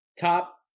Top